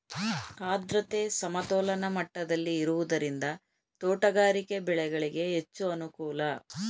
ಆದ್ರತೆ ಸಮತೋಲನ ಮಟ್ಟದಲ್ಲಿ ಇರುವುದರಿಂದ ತೋಟಗಾರಿಕೆ ಬೆಳೆಗಳಿಗೆ ಹೆಚ್ಚು ಅನುಕೂಲ